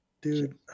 Dude